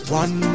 one